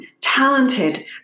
talented